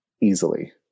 easily